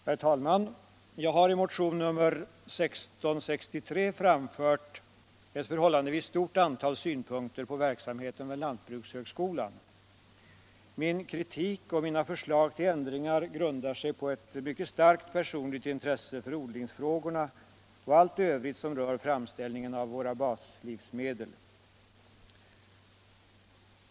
Herr talman! Jag har i motionen 1663 framfört ett förhållandevis stort antal synpunkter på verksamheten vid lantbrukshögskolan. Min kritik och mina förslag till ändringar grundar sig på ett mycket starkt personligt intresse för odlingsfrågorna och allt övrigt som rör framställningen av våra baslivsmedel.